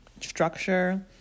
structure